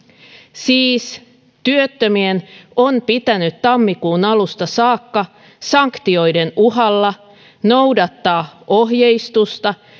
siis työttömien on pitänyt tammikuun alusta saakka sanktioiden uhalla noudattaa ohjeistusta